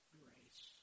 grace